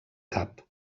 cap